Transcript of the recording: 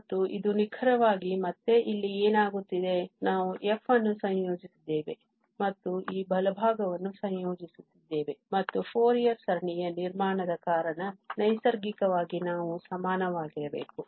ಮತ್ತು ಇದು ನಿಖರವಾಗಿ ಮತ್ತೆ ಇಲ್ಲಿ ಏನಾಗುತ್ತಿದೆ ನಾವು f ಅನ್ನು ಸಂಯೋಜಿಸುತ್ತಿದ್ದೇವೆ ಮತ್ತು ಈ ಬಲಭಾಗವನ್ನು ಸಂಯೋಜಿಸುತ್ತಿದ್ದೇವೆ ಮತ್ತು ಫೋರಿಯರ್ ಸರಣಿಯ ನಿರ್ಮಾಣದ ಕಾರಣ ನೈಸರ್ಗಿಕವಾಗಿ ಇವು ಸಮಾನವಾಗಿರಬೇಕು